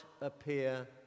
appear